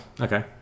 Okay